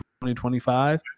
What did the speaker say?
2025